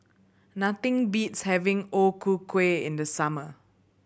nothing beats having O Ku Kueh in the summer